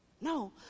No